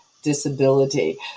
disability